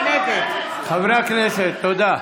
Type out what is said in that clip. נגד חברי הכנסת, תודה.